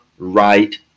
right